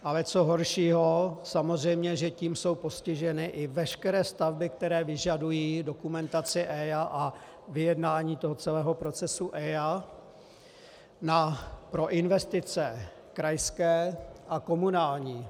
Ale co horšího, samozřejmě jsou tím postiženy i veškeré stavby, které vyžadují dokumentaci EIA a vyjednání celého procesu EIA pro investice krajské a komunální.